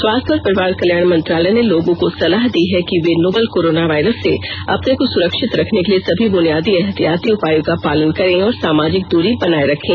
स्वास्थ्य और परिवार कल्याण मंत्रालय ने लोगों को सलाह दी है कि वे नोवल कोरोना वायरस से अपने को सुरक्षित रखने के लिए सभी बुनियादी एहतियाती उपायों का पालन करें और सामाजिक दूरी बनाए रखें